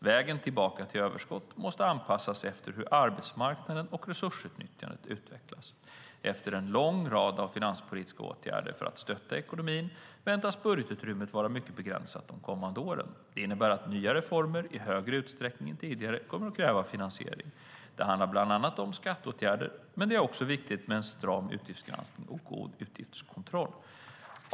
Vägen tillbaka till överskott måste anpassas efter hur arbetsmarknaden och resursutnyttjandet utvecklas. Efter en lång rad av finanspolitiska åtgärder för att stötta ekonomin väntas budgetutrymmet vara mycket begränsat de kommande åren. Det innebär att nya reformer i högre utsträckning än tidigare kommer att kräva finansiering. Det handlar bland annat om skatteåtgärder, men det är också viktigt med stram utgiftsgranskning och god utgiftskontroll.